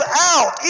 out